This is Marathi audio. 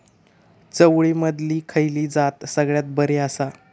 चवळीमधली खयली जात सगळ्यात बरी आसा?